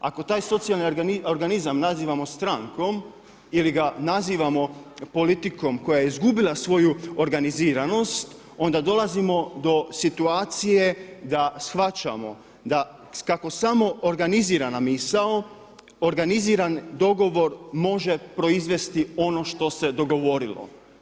Ako taj socijalni organizam nazivamo strankom ili ga nazivamo politikom koja je izgubila svoju organiziranost onda dolazimo do situacije da shvaćamo da kako samo organizirana misao, organiziran dogovor može proizvesti ono što se dogovorilo.